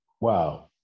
Wow